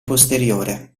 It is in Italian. posteriore